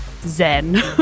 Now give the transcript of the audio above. zen